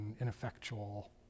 ineffectual